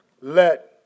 let